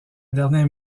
dernière